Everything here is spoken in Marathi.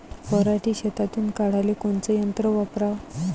पराटी शेतातुन काढाले कोनचं यंत्र वापराव?